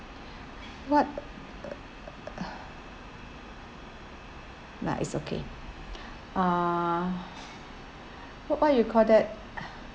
what nah it's okay uh wh~ what you call that